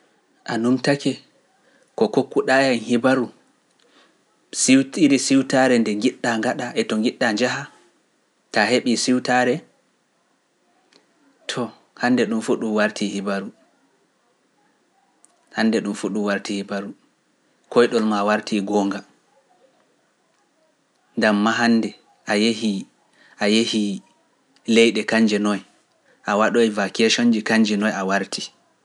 A nun take ko kokkuɗa hee hebaru siwtiri siwtaare nde njiɗɗa ngaɗa e to njiɗɗa njaha, taa heɓi siwtaare? To hande ɗum fu ɗum wartii hebaru, koyɗol maa wartii goonga, ndam mahande a yehi leyɗe kanje noy, a waɗoyi vakationji kanji noy a wartii.